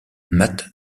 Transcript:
matt